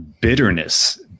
bitterness